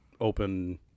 open